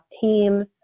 Teams